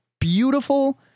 beautiful